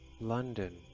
London